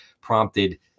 prompted